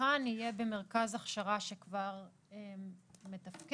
ושהמבחן יהיה במרכז הכשרה שכבר מתפקד.